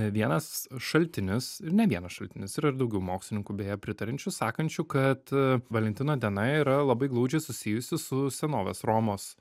vienas šaltinis ir ne vienas šaltinis yra ir daugiau mokslininkų beje pritariančių sakančių kad valentino diena yra labai glaudžiai susijusi su senovės romos